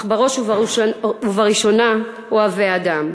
אך בראש ובראשונה אוהבי אדם.